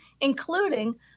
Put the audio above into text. including